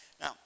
Now